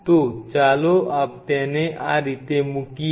તો ચાલો તેને આ રીતે મૂકીએ